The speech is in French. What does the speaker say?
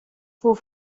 faux